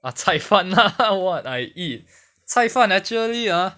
ah 菜饭 lah what I eat 菜饭 actually ah